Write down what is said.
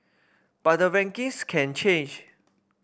but the rankings can change